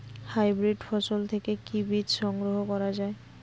Hybrid ফসল থেকে কি বীজ সংগ্রহ করা য়ায়?